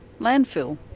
landfill